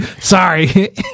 Sorry